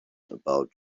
about